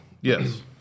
Yes